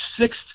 sixth